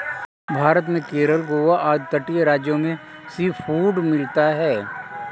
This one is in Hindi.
भारत में केरल गोवा आदि तटीय राज्यों में सीफूड मिलता है